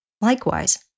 Likewise